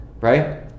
Right